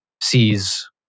sees